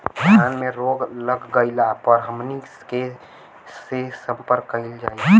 धान में रोग लग गईला पर हमनी के से संपर्क कईल जाई?